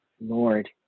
Lord